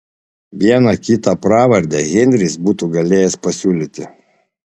vieną kitą pravardę henris būtų galėjęs pasiūlyti